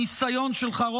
הניסיון שלך,